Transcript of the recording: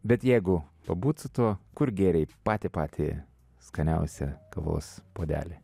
bet jeigu pabūt su tuo kur gėrei patį patį skaniausią kavos puodelį